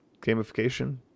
gamification